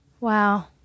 Wow